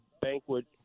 banquet